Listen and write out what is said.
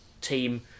team